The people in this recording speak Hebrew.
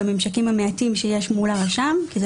בממשקים המעטים שיש מול הרשם כי זה